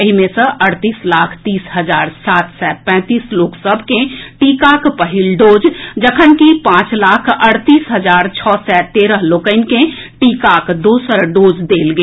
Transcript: एहि मे सँ अड़तीस लाख तीस हजार सात सय पैंतीस लोक सभ के टीकाक पहिल डोज जखनकि पांच लाख अड़तीस हजार छओ सय तेरह लोकनि के टीकाक दोसर डोज देल गेल